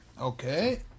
Okay